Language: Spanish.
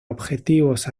objetivos